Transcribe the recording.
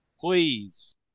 please